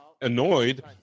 annoyed